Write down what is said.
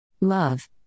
Love